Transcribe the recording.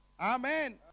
Amen